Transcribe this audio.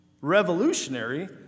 revolutionary